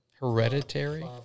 Hereditary